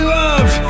love